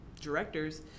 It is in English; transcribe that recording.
directors